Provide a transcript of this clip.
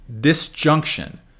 disjunction